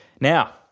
Now